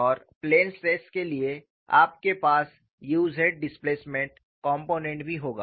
और plane stress के लिए आपके पास u z डिस्प्लेसमेंट कॉम्पोनेन्ट भी होगा